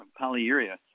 Polyuria